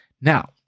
Now